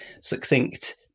succinct